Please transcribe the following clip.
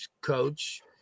coach